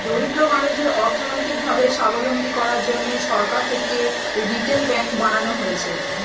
দরিদ্র মানুষদের অর্থনৈতিক ভাবে সাবলম্বী করার জন্যে সরকার থেকে রিটেল ব্যাঙ্ক বানানো হয়েছে